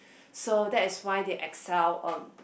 so that's why they Excel um